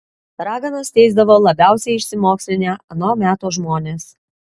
raganas teisdavo labiausiai išsimokslinę ano meto žmonės